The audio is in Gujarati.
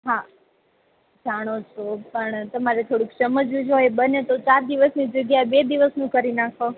હા જાણું છું પણ તમારે થોડુંક સમજવું જોએ બને તો સાત દિવસની જગ્યાએ બે દિવસનું કરી નાખો